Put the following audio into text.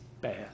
bad